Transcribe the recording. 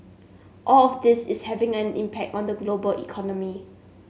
all of this is having an impact on the global economy